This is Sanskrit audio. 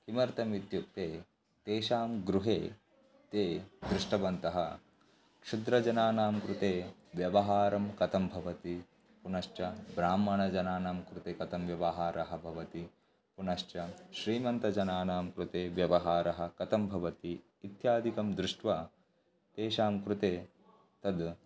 किमर्थम् इत्युक्ते तेषां गृहे ते दृष्टवन्तः क्षुद्रजनानां कृते व्यवहारं कथं भवति पुनश्च ब्राह्मणजनानां कृते कथं व्यवहारः भवति पुनश्च श्रीमन्तजनानां कृते व्यवहारः कथं भवति इत्यादिकं दृष्ट्वा तेषां कृते तद्